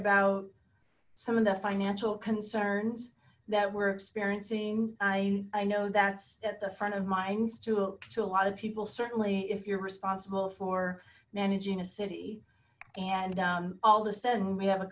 about some of the financial concerns that were experiencing i i know that's at the front of minds to to a lot of people certainly if you're responsible for managing a city and all the sudden we have a